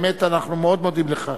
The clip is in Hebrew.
באמת אנחנו מאוד מודים לך.